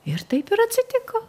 ir taip ir atsitiko